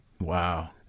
Wow